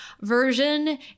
version